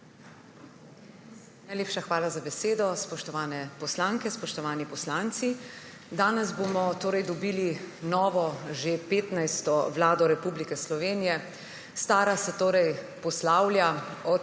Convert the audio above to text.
SDS):** Hvala za besedo. Spoštovane poslanke, spoštovani poslanci! Danes bom dobili novo, že 15. vlado Republike Slovenije. Stara se torej poslavlja,